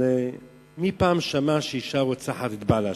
מי פעם שמע שאשה רוצחת את בעלה?